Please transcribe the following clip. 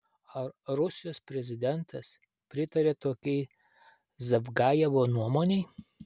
ar rusijos prezidentas pritaria tokiai zavgajevo nuomonei